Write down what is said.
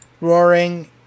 roaring